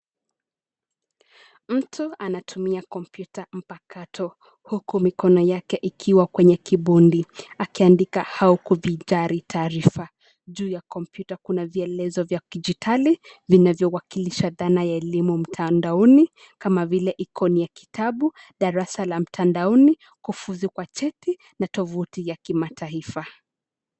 Mtu anatumia kompyuta mpakato huku mikono yake ikiwa kwenye kibodi. Akiandika au kuvinjari tarifa. Juu ya kompyuta kuna vyelezo vya kidijitari vinavyowakilisha dhana ya elimu mtandaoni kama vile ikoni ya kitabu, darasa la mtandaoni, kufuzu kwa cheti na tovuti ya kimataifa.